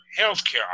healthcare